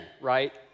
right